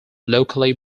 locally